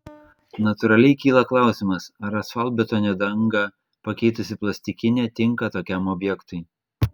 natūraliai kyla klausimas ar asfaltbetonio dangą pakeitusi plastikinė tinka tokiam objektui